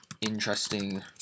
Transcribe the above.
interesting